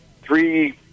three